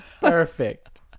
perfect